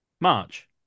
March